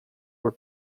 were